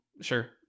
sure